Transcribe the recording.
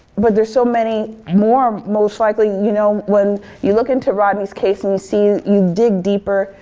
but there's so many, more most likely you know, when you look into rodney's case and you see, you dig deeper.